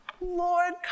Lord